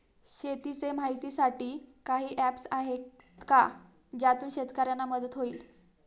शेतीचे माहितीसाठी काही ऍप्स आहेत का ज्यातून शेतकऱ्यांना मदत होईल?